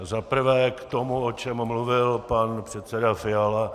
Za prvé k tomu, o čem mluvil pan předseda Fiala.